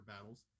battles